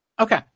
Okay